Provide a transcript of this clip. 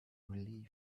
relief